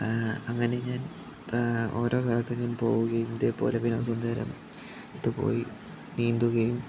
അങ്ങനെ ഞാൻ ഓരോ പോവുകയും ഇതേ പോലെ പിന്നെ പോയി നീന്തുകയും